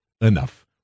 enough